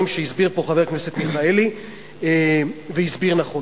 שהסביר פה חבר הכנסת מיכאלי והסביר נכון.